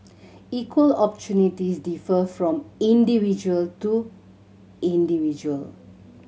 equal opportunities differ from individual to individual